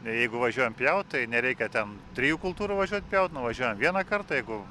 jeigu važiuojam pjaut tai nereikia ten trijų kultūrų važiuot pjaut nuvažiuojam vieną kartą jeigu